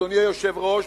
אדוני היושב-ראש,